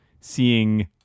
seeing